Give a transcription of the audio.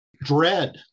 Dread